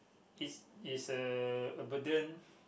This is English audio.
this is a burden